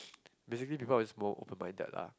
basically people always more open minded lah